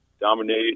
dominate